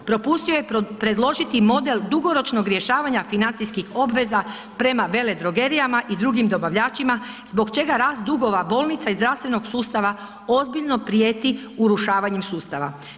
Propustio je predložiti model dugoročnog rješavanja financijskih obveza prema veledrogerijama i drugim dobavljačima zbog čega rast dugova bolnica iz zdravstvenog sustava ozbiljno prijeti urušavanjem sustava.